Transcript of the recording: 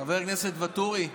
חבר הכנסת ואטורי,